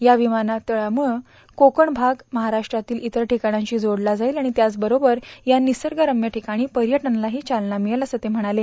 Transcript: या विमानतळामुळ कोकण भाग महाराष्ट्रातील इतर ठिकाणांशी जोडला जाईल आणि त्याचवरोबर या निसर्गरम्य ठिक्रणी पर्यटनालाही चालना मिळेल असं ते म्हणाले